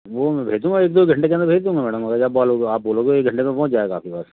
वह मैं भेजूँगा एक दो घंटे के अंदर भेज दूँगा मैडम वह आप जब बोलोगे एक घंटे में पहुँच जाएगा आपके पास